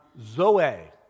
zoe